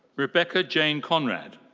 rebecca jane conrad.